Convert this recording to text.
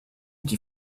die